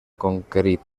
conquerit